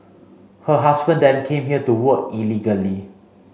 her husband then came here to work illegally